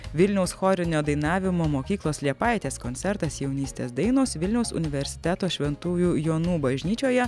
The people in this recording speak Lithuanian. vilniaus chorinio dainavimo mokyklos liepaitės koncertas jaunystės dainos vilniaus universiteto šventųjų jonų bažnyčioje